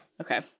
Okay